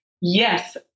yes